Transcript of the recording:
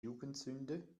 jugendsünde